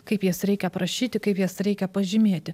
kaip jas reikia aprašyti kaip jas reikia pažymėti